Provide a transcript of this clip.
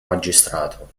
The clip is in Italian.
magistrato